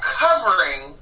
covering